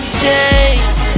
change